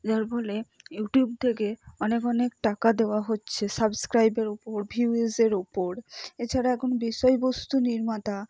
যার ফলে ইউটিউব থেকে অনেক অনেক টাকা দেওয়া হচ্ছে সাবস্ক্রাইবের ওপর ভিউইজের উপর এছাড়া এখন বিষয়বস্তু নির্মাতা